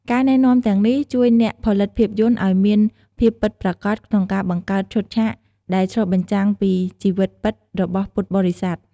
ការណែនាំទាំងនេះជួយអ្នកផលិតភាពយន្តឲ្យមានភាពពិតប្រាកដក្នុងការបង្កើតឈុតឆាក ដែលឆ្លុះបញ្ចាំងពីជីវិតពិតរបស់ពុទ្ធបរិស័ទ។